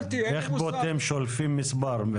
איך שולפים מספר?